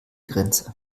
grenze